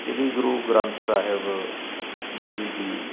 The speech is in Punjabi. ਸ੍ਰੀ ਗੁਰੂ ਗ੍ਰੰਥ ਸਾਹਿਬ ਜੀ ਦੀ